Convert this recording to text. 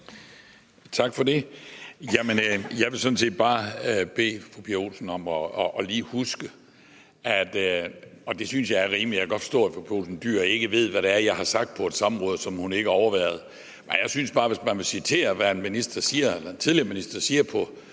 Tak for det. Jeg vil sådan set bare bede fru Pia Olsen Dyhr om lige at huske en ting, og det synes jeg er rimeligt. Jeg kan godt forstå, at fru Pia Olsen Dyhr ikke ved, hvad jeg har sagt på et samråd, som hun ikke har overværet, men jeg synes bare, at hvis man vil citere, hvad en minister eller en